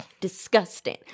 disgusting